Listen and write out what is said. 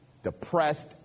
depressed